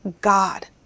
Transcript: God